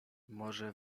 może